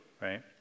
right